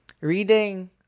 reading